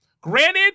Granted